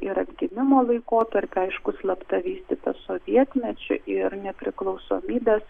ir atgimimo laikotarpy aiškus slapta vystyta sovietmečiu ir nepriklausomybės